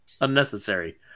Unnecessary